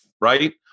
right